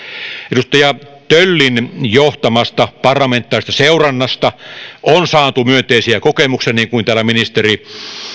edustaja töllin johtamasta parlamentaarisesta seurannasta on saatu myönteisiä kokemuksia niin kuin täällä ministeri